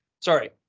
sorry